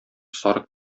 сарык